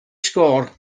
sgôr